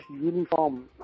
uniform